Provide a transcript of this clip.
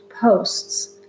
posts